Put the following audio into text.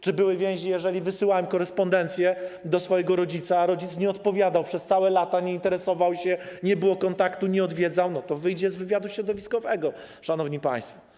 Czy były więzi, jeżeli ktoś wysyłał korespondencję do swojego rodzica, a rodzic nie odpowiadał przez całe lata, nie interesował się, nie było kontaktu, nie odwiedzał, to wyjdzie podczas wywiadu środowiskowego, szanowni państwo.